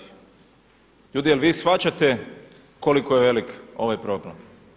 Ljudi je li vi shvaćate koliko je veliki ovaj problem.